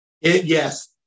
yes